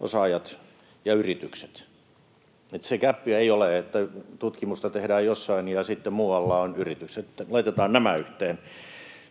-osaajat ja yritykset: se gäppi ei ole niin, että tutkimusta tehdään jossain ja sitten yritykset ovat muualla, vaan laitetaan nämä yhteen.